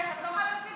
עמלתי עליהן,